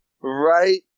right